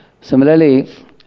Similarly